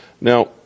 Now